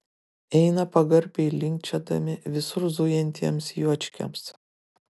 eina pagarbiai linkčiodami visur zujantiems juočkiams